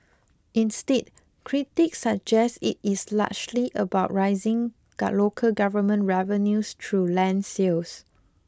instead critics suggest it is largely about raising local government revenues through land sales